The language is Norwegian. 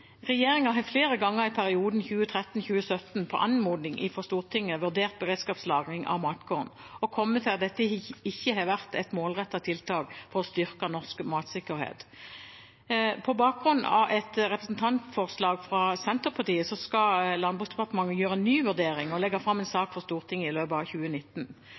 har flere ganger i perioden 2013–2017 på anmodning fra Stortinget vurdert beredskapslagring av matkorn og kommet til at dette ikke har vært et målrettet tiltak for å styrke norsk matsikkerhet. På bakgrunn av et representantforslag fra Senterpartiet skal Landbruks- og matdepartementet gjøre en ny vurdering og legge fram en sak for Stortinget i løpet av 2019.